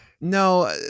No